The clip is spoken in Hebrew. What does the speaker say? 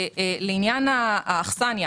לעניין האכסניה